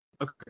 Okay